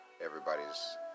everybody's